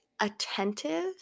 attentive